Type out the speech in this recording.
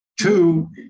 Two